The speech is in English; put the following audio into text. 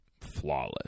flawless